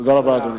תודה רבה, אדוני.